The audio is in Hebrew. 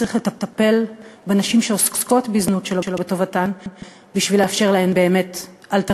צריך לטפל בנשים שעוסקות בזנות שלא בטובתן בשביל לאפשר להן אלטרנטיבות.